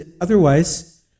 otherwise